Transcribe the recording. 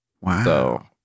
Wow